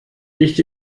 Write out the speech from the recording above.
nicht